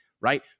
right